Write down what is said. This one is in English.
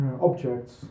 objects